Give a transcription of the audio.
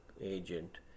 agent